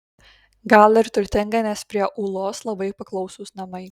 gal ir turtinga nes prie ūlos labai paklausūs namai